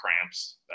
cramps